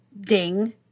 ding